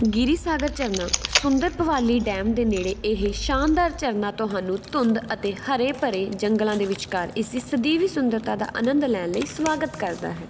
ਗਿਰੀਸਾਗਰ ਝਰਨਾ ਸੁੰਦਰ ਭਵਾਲੀ ਡੈਮ ਦੇ ਨੇੜੇ ਇਹ ਸ਼ਾਨਦਾਰ ਝਰਨਾ ਤੁਹਾਨੂੰ ਧੁੰਦ ਅਤੇ ਹਰੇ ਭਰੇ ਜੰਗਲਾਂ ਦੇ ਵਿਚਕਾਰ ਇਸ ਦੀ ਸਦੀਵੀ ਸੁੰਦਰਤਾ ਦਾ ਅਨੰਦ ਲੈਣ ਲਈ ਸਵਾਗਤ ਕਰਦਾ ਹੈ